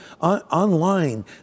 online